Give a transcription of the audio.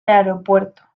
aeropuerto